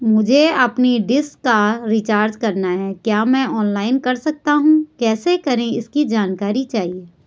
मुझे अपनी डिश का रिचार्ज करना है क्या मैं ऑनलाइन कर सकता हूँ कैसे करें इसकी जानकारी चाहिए?